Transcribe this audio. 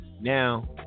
now